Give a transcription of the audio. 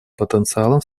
потенциалом